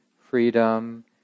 freedom